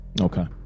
Okay